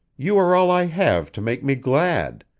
you are all i have to make me glad,